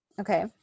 Okay